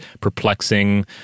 perplexing